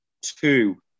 two